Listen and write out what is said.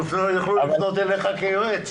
יוכלו לפנות אליך כיועץ.